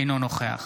אינו נוכח